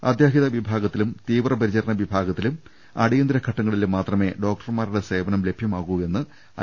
അത്യാഹിത വിഭാഗത്തിലും തീവ്രപരിചരണ വിഭാഗ ത്തിലും അടിയന്തിര ഘട്ടങ്ങളിലും മാത്രമേ ഡോക്ടർമാരുടെ സേവനം ലഭ്യ മാകൂവെന്ന് ഐ